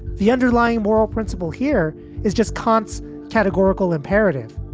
the underlying moral principle here is just conte's categorical imperative.